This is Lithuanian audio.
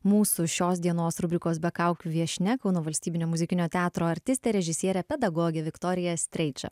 mūsų šios dienos rubrikos be kaukių viešnia kauno valstybinio muzikinio teatro artistė režisierė pedagogė viktorija streičer